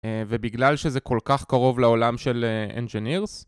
ובגלל שזה כל כך קרוב לעולם של אנג'נירס